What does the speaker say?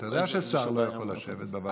אתה יודע ששר לא יכול לשבת בוועדות.